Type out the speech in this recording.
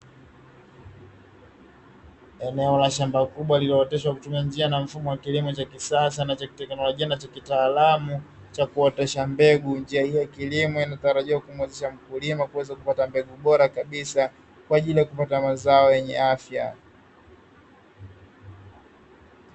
Eneo la shamba kubwa lililooteshwa na kutumia njia na mfumo wa kilimo cha kisasa anachokitegemea cha kitaalamu cha kuotesha mbegu, njia hii ya kilimo inatarajiwa kuweza kupata mbegu bora kabisa kwa ajili ya kupata mazao yenye afya.